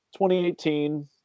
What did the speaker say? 2018